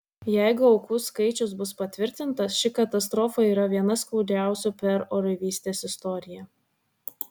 jeigu aukų skaičius bus patvirtintas ši katastrofa yra viena skaudžiausių per oreivystės istoriją